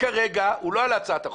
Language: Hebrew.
כרגע הוא לא על הצעת החוק,